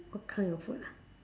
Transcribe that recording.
what kind of food lah